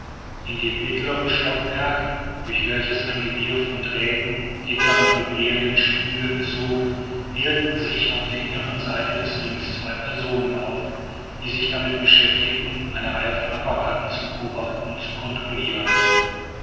in dem mittleren stockwerk durch welches sich ein gewirr von drähten gittern und vibrierenden spiegeln zog hielten sich auf der inneren seite des rings zwei personen auf die sich damit beschäftigten eine reihe von apparaten zu beobachten und zu kontrollieren